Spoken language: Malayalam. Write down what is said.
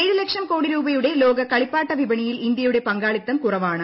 ഏഴ് ലക്ഷം കോടി രൂപയുടെ ലോക കളിപ്പാട്ട വിപണിയിൽ ഇന്ത്യയുടെ പങ്കാളിത്തം കുറവാണ്